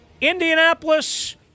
Indianapolis